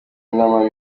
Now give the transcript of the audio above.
inama